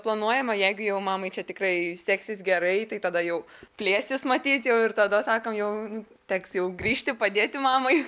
planuojama jeigu jau mamai čia tikrai seksis gerai tai tada jau plėsis matyt jau ir tada sakom jau teks jau grįžti padėti mamai